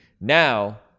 now